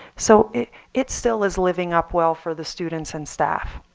so it it still is living up well for the students and staff.